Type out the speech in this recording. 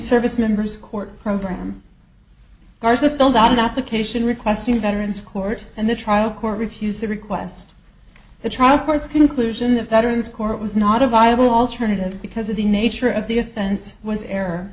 service members court program garza filled out an application requesting a veterans court and the trial court refused to request the trial court's conclusion the veterans court was not a viable alternative because of the nature of the offense was